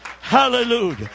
Hallelujah